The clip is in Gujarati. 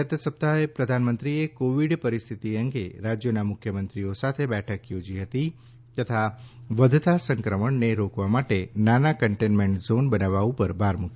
ગત સપ્તાહે પ્રધાનમંત્રીએ કોવિડ પરિસ્થિતિ અંગે રાજ્યોના મુખ્યમંત્રીઓ સાથે બેઠક યોજી હતી તથા વધતા સંક્રમણને રોકવા માટે નાના કન્ટેનમેન્ટ ઝોન બનાવવા ઉપર ભાર મુક્યો હતો